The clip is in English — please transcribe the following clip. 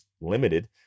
limited